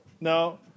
No